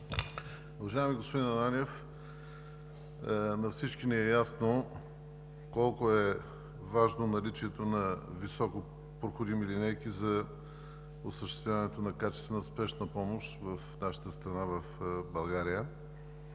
Уважаеми господин Ананиев, на всички ни е ясно колко е важно наличието на високопроходими линейки за осъществяването на качествена спешна помощ в нашата страна България